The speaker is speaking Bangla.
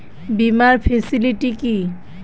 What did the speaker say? বীমার ফেসিলিটি কি?